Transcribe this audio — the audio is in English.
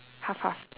half half